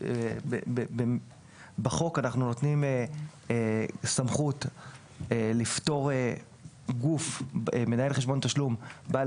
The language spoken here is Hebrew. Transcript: אנחנו נותנים סמכות לפטור מנהל חשבון תשלום בעל